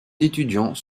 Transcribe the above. d’étudiants